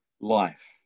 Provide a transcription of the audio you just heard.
life